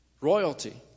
royalty